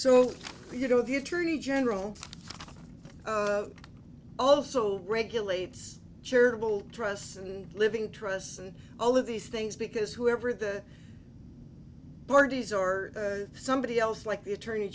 so you know the attorney general also regulates charitable trusts and living trusts and all of these things because whoever the board is or somebody else like the attorney